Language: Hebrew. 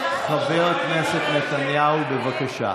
חבר הכנסת נתניהו, בבקשה.